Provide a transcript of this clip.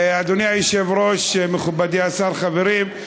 אדוני היושב-ראש, מכובדי השר, חברים,